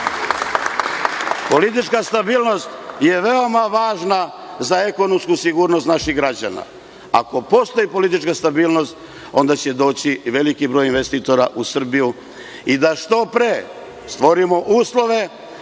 stabilnost je veoma važna za ekonomsku sigurnost naših građana. Ako postoji politička stabilnost, onda će doći veliki broj investitora u Srbiju i da što pre stvorimo uslove